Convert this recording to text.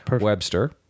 Webster